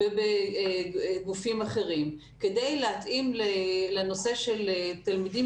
ובגופים אחרים כדי להתאים לנושא של תלמידים